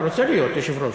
אתה רוצה להיות יושב-ראש,